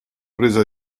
presa